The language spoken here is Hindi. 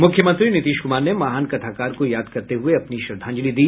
मुख्यमंत्री नीतीश कुमार ने महान कथाकार को याद करते हुए अपनी श्रद्धांजलि दी